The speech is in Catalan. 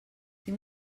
tinc